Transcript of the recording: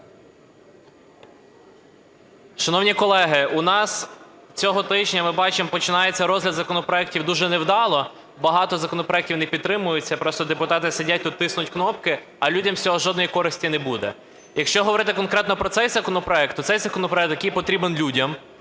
Шановні колеги, у нас цього тижня, ми бачимо, починається розгляд законопроектів дуже невдало. Багато законопроектів не підтримуються. Просто депутати сидять, тут тиснуть кнопки, а людям з цього жодної користі не буде. Якщо говорити конкретно про цей законопроект, то це законопроект, який потрібен людям,